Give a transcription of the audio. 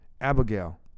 Abigail